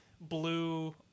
blue